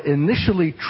initially